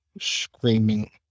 screaming